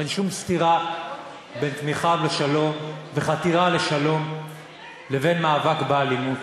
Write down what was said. אין שום סתירה בין תמיכה בשלום וחתירה לשלום לבין מאבק באלימות.